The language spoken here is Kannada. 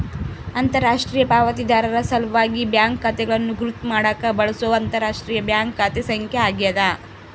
ಅಂತರರಾಷ್ಟ್ರೀಯ ಪಾವತಿದಾರರ ಸಲ್ವಾಗಿ ಬ್ಯಾಂಕ್ ಖಾತೆಗಳನ್ನು ಗುರುತ್ ಮಾಡಾಕ ಬಳ್ಸೊ ಅಂತರರಾಷ್ಟ್ರೀಯ ಬ್ಯಾಂಕ್ ಖಾತೆ ಸಂಖ್ಯೆ ಆಗ್ಯಾದ